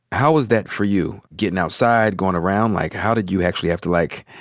how is that for you, gettin' outside, goin' around? like, how did you actually have to, like,